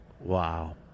wow